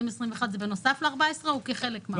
בנוסף ל-14,000 או כחלק מה-14,000?